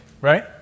right